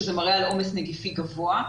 שזה מראה על עומס נגיפי גבוה,